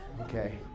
Okay